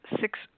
six